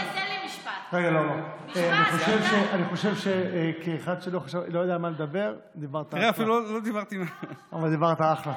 אני חושב, וזה מה שמוביל אתכם בהחלטות.